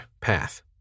path